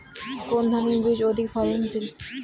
কোন ধানের বীজ অধিক ফলনশীল?